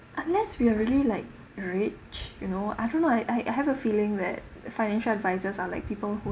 unless we are really like rich you know I don't know I I have a feeling that financial advisors are like people who